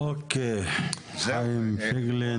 אוקיי, חיים פייגלין.